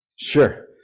sure